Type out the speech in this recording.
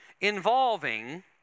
involving